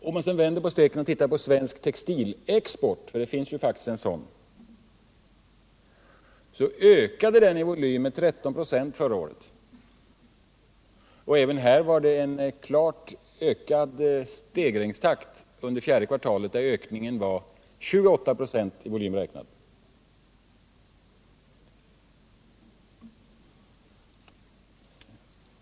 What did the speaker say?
Om man vänder på steken och tittar på svensk textilexport — vi har faktiskt en sådan — finner man att den ökade i volym med 13 96 förra året. Även här har vi en klart ökad stegringstakt under fjärde kvartalet, då ökningen är 28 96 i volym räknat.